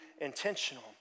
intentional